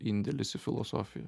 indėlis į filosofiją